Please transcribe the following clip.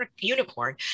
unicorn